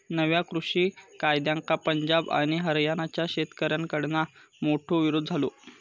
नव्या कृषि कायद्यांका पंजाब आणि हरयाणाच्या शेतकऱ्याकडना मोठो विरोध झालो